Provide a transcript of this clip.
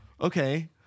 Okay